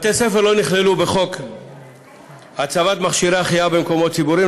בתי ספר לא נכללו בחוק הצבת מכשירי החייאה במקומות ציבוריים,